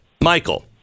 michael